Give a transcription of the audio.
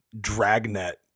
Dragnet